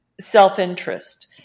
self-interest